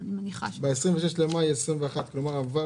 ב-26 במאי 2021. כלומר עבר